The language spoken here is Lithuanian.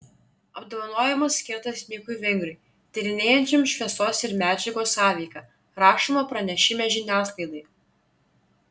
apdovanojimas skirtas mikui vengriui tyrinėjančiam šviesos ir medžiagos sąveiką rašoma pranešime žiniasklaidai